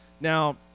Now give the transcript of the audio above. Now